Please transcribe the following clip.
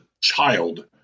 child